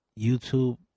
YouTube